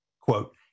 quote